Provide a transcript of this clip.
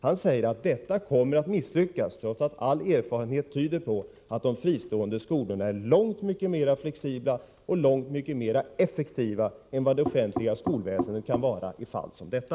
Han säger, att detta kommer att misslyckas — trots att all erfarenhet tyder på att de fristående skolorna är långt mycket mer flexibla och långt mer effektiva än det offentliga skolväsendet kan vara i ett fall som detta.